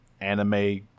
anime